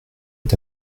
est